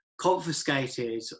confiscated